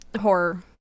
horror